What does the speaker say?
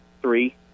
three